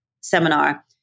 seminar